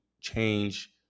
change